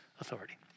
authority